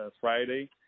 Friday